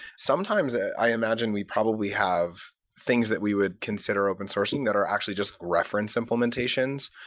sometimes, i imagine, we probably have things that we would consider open-sourcing that are actually just reference implementations.